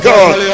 God